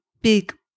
big